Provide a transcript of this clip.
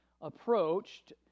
approached